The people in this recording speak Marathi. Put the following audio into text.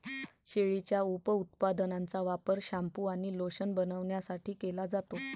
शेळीच्या उपउत्पादनांचा वापर शॅम्पू आणि लोशन बनवण्यासाठी केला जातो